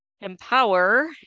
empower